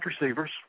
receivers